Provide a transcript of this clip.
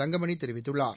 தங்கமணி தெரிவித்துள்ளார்